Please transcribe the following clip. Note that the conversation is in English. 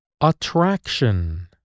Attraction